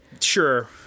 Sure